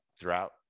throughout